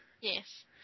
Yes